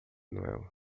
noel